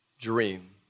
dream